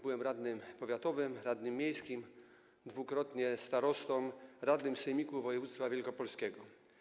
Byłem radnym powiatowym, radnym miejskim, dwukrotnie starostą, radnym Sejmiku Województwa Wielkopolskiego.